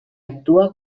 actua